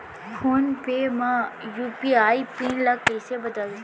Phone पे म UPI PIN ल कइसे बदलथे?